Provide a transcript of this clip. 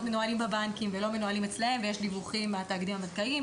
מנוהלים בבנקים ולא מנוהלים אצלם ויש דיווחים מהתאגידים הבנקאיים,